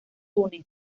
túnez